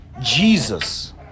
Jesus